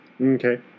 Okay